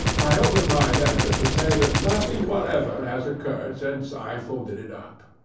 i open my letter to say that nothing whatever has occurred since i folded it up